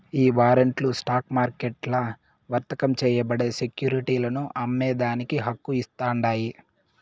ఈ వారంట్లు స్టాక్ మార్కెట్లల్ల వర్తకం చేయబడే సెక్యురిటీలను అమ్మేదానికి హక్కు ఇస్తాండాయి